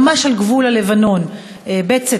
ממש על גבול הלבנון: בצת,